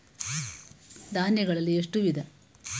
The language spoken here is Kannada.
ಧಾನ್ಯಗಳಲ್ಲಿ ಎಷ್ಟು ವಿಧ?